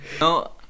No